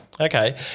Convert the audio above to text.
Okay